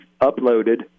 uploaded